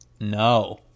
No